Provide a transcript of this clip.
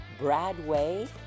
Bradway